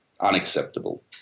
unacceptable